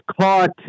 caught